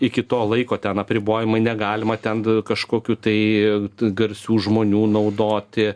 iki to laiko ten apribojimai negalima ten kažkokių tai garsių žmonių naudoti